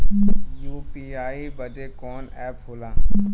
UPI बदे कवन app होला?